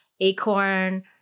acorn